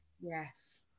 Yes